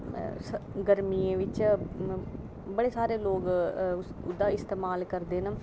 गरमियें च बड़े सारे लोग इंदा इस्तेमाल करदे न